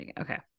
okay